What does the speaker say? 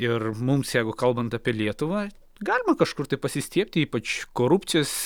ir mums jeigu kalbant apie lietuvą galima kažkur tai pasistiebti ypač korupcijos